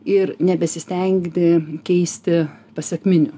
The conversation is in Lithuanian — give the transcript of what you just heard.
ir nebesistengdi keisti pasekminių